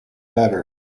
better